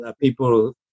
people